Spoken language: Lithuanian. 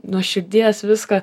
nuo širdies viską